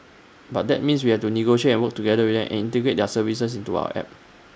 but that means we have to negotiate and work together with them and integrate their services into our app